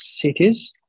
cities